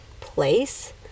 place